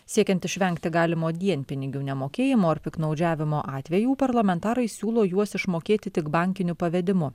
siekiant išvengti galimo dienpinigių nemokėjimo ar piktnaudžiavimo atvejų parlamentarai siūlo juos išmokėti tik bankiniu pavedimu